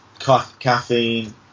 caffeine